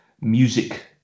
music